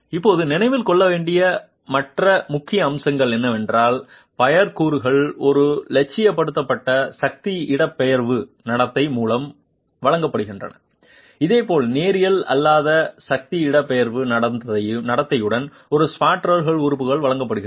இப்போது நினைவில் கொள்ள வேண்டிய மற்ற முக்கிய அம்சம் என்னவென்றால் பையர் கூறுகள் ஒரு இலட்சியப்படுத்தப்பட்ட சக்தி இடப்பெயர்வு நடத்தை மூலம் வழங்கப்படுகின்றன இதேபோல் நேரியல் அல்லாத சக்தி இடப்பெயர்வு நடத்தையுடன் ஒரு ஸ்பான்ட்ரல் உறுப்பு வழங்கப்படுகிறது